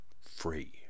free